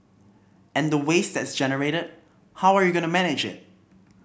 and the waste that's generated how are you going to manage it